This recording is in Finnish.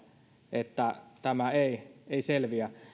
että tämä ei ei selviä